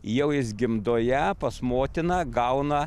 jau jis gimdoje pas motiną gauna